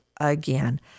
again